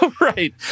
right